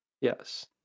Yes